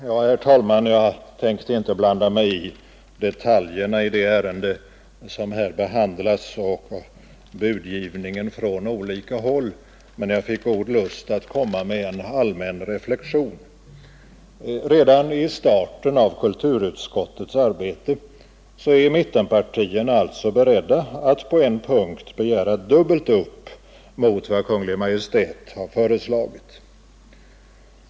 Herr talman! Jag tänkte inte blanda mig i detaljerna i det ärende som här behandlas och budgivningen från olika håll, men jag fick god lust att framföra en allmän reflexion. Redan i starten av kulturutskottets arbete är mittenpartierna alltså beredda att på en punkt begära dubbelt upp mot vad Kungl. Maj:t har föreslagit.